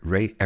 Ray